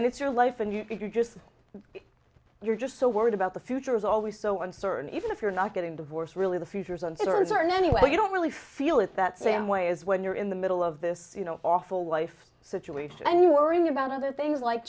and it's your life and you're just you're just so worried about the future is always so uncertain even if you're not getting divorced really the futures on citizens are now anyway you don't really feel it that same way as when you're in the middle of this awful life situation and worrying about other things like